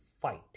fight